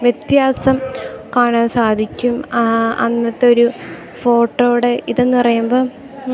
വ്യത്യാസം കാണാൻ സാധിക്കും അന്നത്തെ ഒരു ഫോട്ടോയുടെ ഇതെന്ന് പറയുമ്പോൾ